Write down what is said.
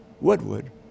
Woodward